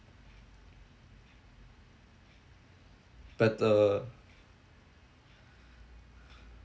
better